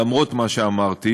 למרות מה שאמרתי,